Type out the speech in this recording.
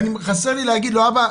וחסר לי להגיד לו אבא,